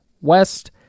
West